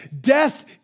Death